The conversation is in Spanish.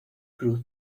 cruz